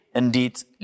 indeed